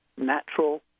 natural